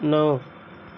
نو